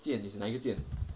键 is 哪个键